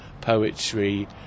poetry